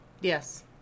Yes